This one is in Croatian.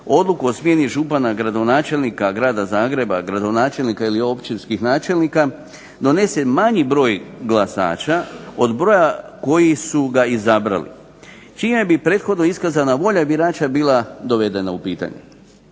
odluku o smjeni župana, gradonačelnika grada Zagreba, gradonačelnika ili općinskih načelnika donese manji broj glasača od broja koji su ga izabrali. Čija bi prethodno iskazana volja birača bila dovedena u pitanje.